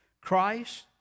Christ